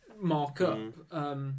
mark-up